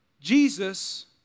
Jesus